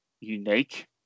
unique